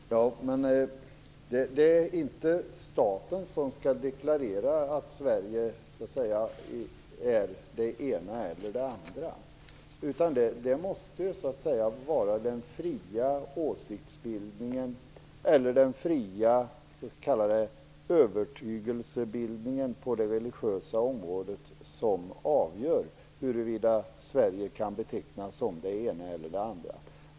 Herr talman! Men det är inte staten som skall deklarera att Sverige är det ena eller det andra. Det måste vara den fria "övertygelsebildningen" på det religiösa området som avgör om Sverige kan betecknas som det ena eller det andra.